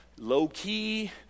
low-key